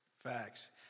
Facts